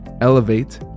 Elevate